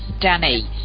danny